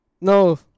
No